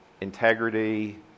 integrity